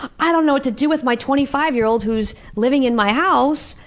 i don't know what to do with my twenty five year old who's living in my house,